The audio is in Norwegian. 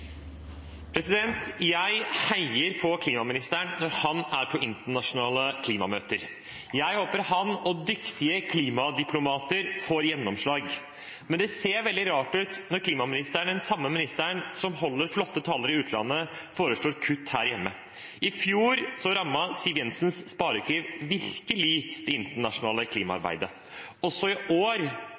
Jeg heier på klimaministeren når han er på internasjonale klimamøter. Jeg håper han og dyktige klimadiplomater får gjennomslag. Men det ser veldig rart ut når klimaministeren – den samme ministeren som holder flotte taler i utlandet – foreslår kutt her hjemme. I fjor rammet Siv Jensens sparekniv virkelig det internasjonale klimaarbeidet. Også i år